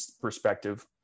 perspective